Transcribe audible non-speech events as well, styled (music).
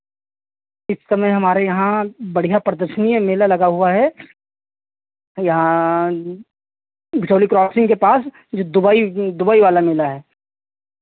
इस समय हमारे यहाँ बढ़ियाँ प्रदर्शनी है मेला लगा हुआ है यहाँ (unintelligible) क्रॉसिंग के पास जो दुबई दुबई वाला मेला है